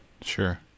Sure